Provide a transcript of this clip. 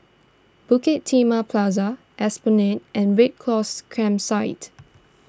Bukit Timah Plaza Esplanade and Red Cross Campsite